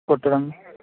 కుట్టడం